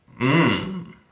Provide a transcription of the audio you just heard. mmm